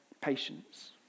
patience